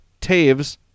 Taves